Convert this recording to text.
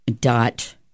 dot